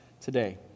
today